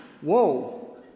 whoa